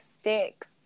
sticks